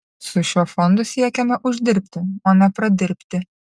su šiuo fondu siekiame uždirbti o ne pradirbti